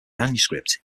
manuscript